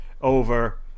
over